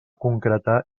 concretar